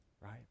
right